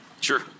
Sure